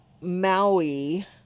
Maui